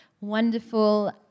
wonderful